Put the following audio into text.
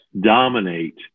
dominate